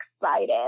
excited